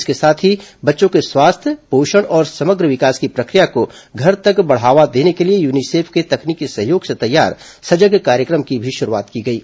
इसके साथ ही बच्चों के स्वास्थ्य पोषण और समग्र विकास की प्रक्रिया को घर तक बढ़ावा देने को लिए यूनिसेफ के तकनीकी सहयोग से तैयार सजग कार्यक्रम की भी शुरूआत की गई है